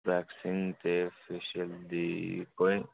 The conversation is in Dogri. वैक्सिंग ते फेशियल दी